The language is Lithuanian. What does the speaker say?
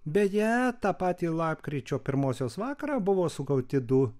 beje tą patį lapkričio pirmosios vakarą buvo sugauti du